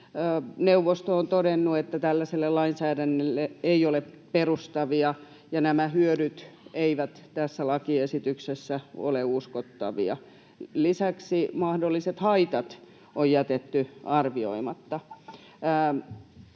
on todennut, että tällaiselle lainsäädännölle ei ole perusteita ja nämä hyödyt eivät tässä lakiesityksessä ole uskottavia. Lisäksi mahdolliset haitat on jätetty arvioimatta.